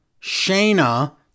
Shayna